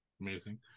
amazing